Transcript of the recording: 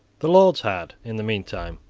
the lords had, in the meantime,